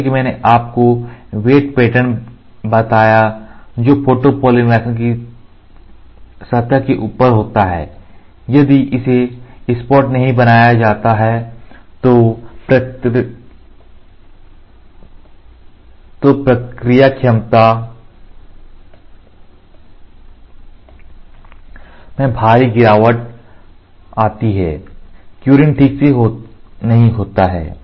जैसा कि मैंने आपको वेव पैटर्न बताया जो फोटोपॉलीमर की सतह के ऊपर होता है यदि इसे सपाट नहीं बनाया जाता है तो प्रक्रिया क्षमता में भारी गिरावट आती है क्युरिंग ठीक से नहीं होता है